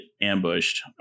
ambushed